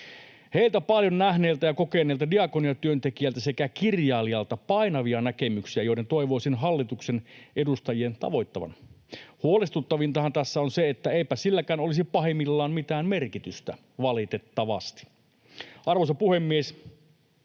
Heiltä, paljon nähneeltä ja kokeneelta diakoniatyöntekijältä sekä kirjailijalta painavia näkemyksiä, joiden toivoisin tavoittavan hallituksen edustajat. Huolestuttavintahan tässä on se, että eipä silläkään olisi pahimmillaan mitään merkitystä, valitettavasti. Arvoisa puhemies!